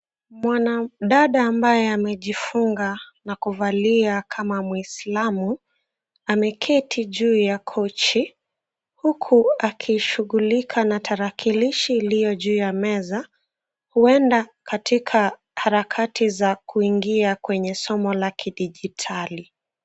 Mwanadada ambaye amejifunga na kuvalia kama muislamu, ameketi juu ya kochi, huku akishughulika na talakilishi iliyo juu ya meza, huenda katika harakati za kuingia kwenye somo la kijidigitali.